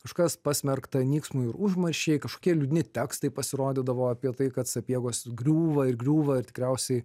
kažkas pasmerkta nyksmui ir užmarščiai kažkokie liūdni tekstai pasirodydavo apie tai kad sapiegos griūva ir griūva ir tikriausiai